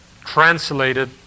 translated